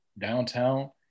downtown